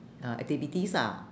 ah activities lah